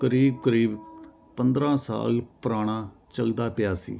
ਕਰੀਬ ਕਰੀਬ ਪੰਦਰਾਂ ਸਾਲ ਪੁਰਾਣਾ ਚਲਦਾ ਪਿਆ ਸੀ